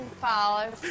follow